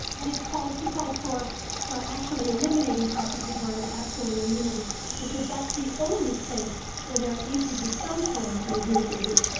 and it's called he calls for actually eliminating prosecutorial absolute immunity because that's the only place where there at least would be some forum to review what they do.